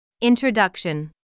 Introduction